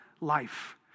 life